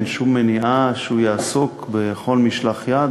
אין שום מניעה שהוא יעסוק בכל משלח יד,